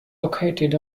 located